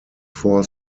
four